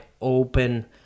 open